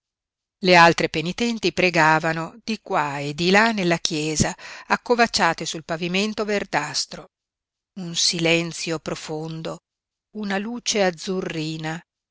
le altre penitenti pregavano di qua e di là nella chiesa accovacciate sul pavimento verdastro un silenzio profondo una luce azzurrina